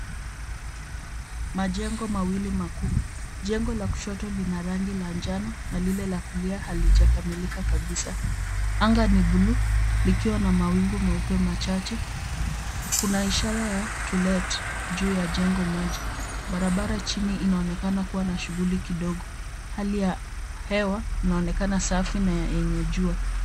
Majengo mawili makuu. Jengo la kushoto lina rangi la njano na lile la kulia halijakamilika kabisa. Anga ni buluu likiwa na mawingu meupe machache. Kuna ishara ya to let juu ya jengo moja. Barabara chini inaonekana kuwa na shughuli kidogo. Hali ya hewa inaonekana safi na yenye jua.